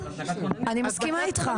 חבר הכנסת,